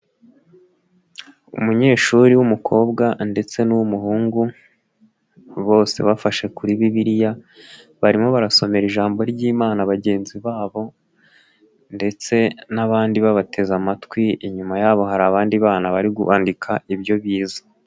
Umunyeshuri w'umukobwa ndetse n'uw'umuhungu bose bafashe kuri Bibiliya, barimo barasomera ijambo ry'Imana bagenzi babo ndetse n'abandi babateze amatwi, inyuma yabo hari abandi bana bari kwandika ibyo bize.